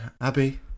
Happy